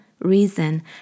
Reason